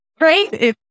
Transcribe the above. right